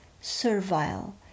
servile